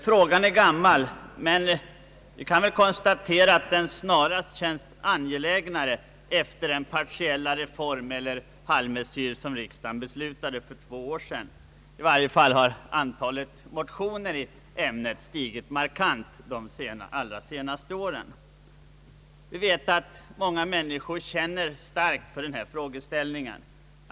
Frågan är gammal, men vi kan konstatera att den snarast känns angelägnare efter den partiella reform eller halvmesyr som riksdagen beslutade för två år sedan. I varje fall har antalet motioner i ärendet stigit markant de allra senaste åren. Vi vet att många människor känner starkt för denna fråga.